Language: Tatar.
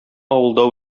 авылда